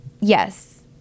Yes